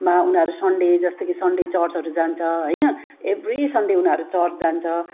मा उनीहरू सन्डे जस्तो कि सन्डे चर्चहरू जान्छ होइन एभ्री सन्डे उनीहरू चर्च जान्छ